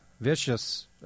vicious